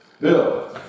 Bill